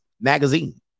Magazine